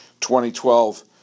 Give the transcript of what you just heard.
2012